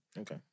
Okay